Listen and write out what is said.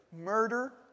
murder